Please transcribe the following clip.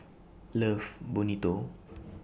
Love Bonito